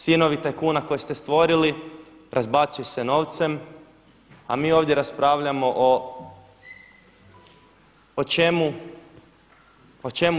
Sinovi tajkuna koje ste stvorili razbacuju se novcem a mi ovdje raspravljamo o čemu?